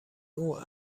اون